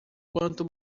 quanto